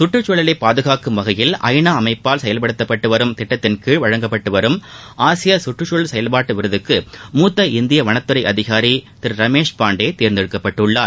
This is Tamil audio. கற்றுக்சூழலை பாதுகாக்கும் வகையில் ஐ நா அமைப்பால் செயல்படுத்தப்பட்டு வரும் திட்டத்தின்கீழ் வழங்கப்பட்டு வரும் ஆசிய கற்றுச் சூழல் செயல்பாட்டு விருதுக்கு மூத்த இந்திய வனத்துறை அதிகாரி திரு ரமேஷ் பாண்டே தேர்ந்தெடுக்கப்பட்டுள்ளார்